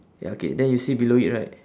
ya K then you see below it right